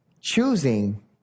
choosing